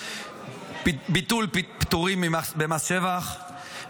ביטול פטורים במס שבח,